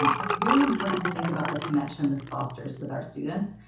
um it's really important to think about the connection this fosters with our students,